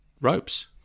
ropes